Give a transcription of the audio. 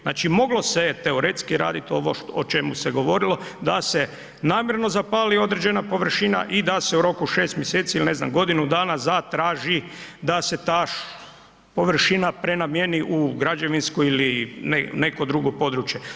Znači moglo se teoretski raditi o čemu se govorilo, da se namjerno zapali određena površina i da se u roku 6 mj. ili ne znam, godinu dana zatraži da se ta površina prenamjeni u građevinsko ili neko drugo područje.